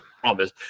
promise